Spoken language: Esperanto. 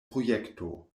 projekto